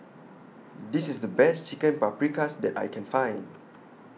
This IS The Best Chicken Paprikas that I Can Find